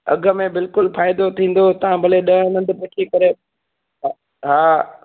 अघि में बिल्कुलु फ़ाइदो थींदो तव्हां भले ॾह हंधि पुछी करे ह हा